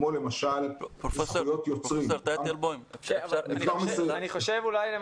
כמו למשל זכויות יוצרים --- פרופ' טייטלבאום --- אני מציע,